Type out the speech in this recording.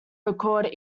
record